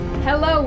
Hello